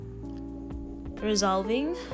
resolving